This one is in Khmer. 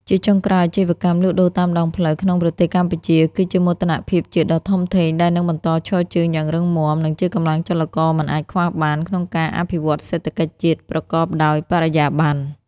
ជាចុងក្រោយ អាជីវកម្មលក់ដូរតាមដងផ្លូវក្នុងប្រទេសកម្ពុជាគឺជាមោទនភាពជាតិដ៏ធំធេង ដែលនឹងបន្តឈរជើងយ៉ាងរឹងមាំ និងជាកម្លាំងចលករមិនអាចខ្វះបានក្នុងការអភិវឌ្ឍន៍សេដ្ឋកិច្ចជាតិប្រកបដោយបរិយាបន្ន។